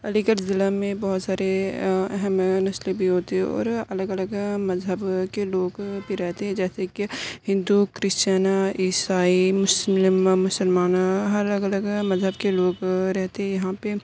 علی گڑھ ضلع میں بہت سارے اہم نسل بھی ہوتے ہیں اور الگ الگ مذہب کے لوگ بھی رہتے ہیں جیسے کہ ہندو کرسچن عیسائی مسلم مسلمان الگ الگ مذہب کے لوگ رہتے یہاں پہ